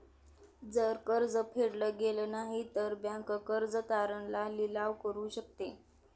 जर कर्ज फेडल गेलं नाही, तर बँक कर्ज तारण चा लिलाव करू शकते